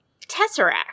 Tesseract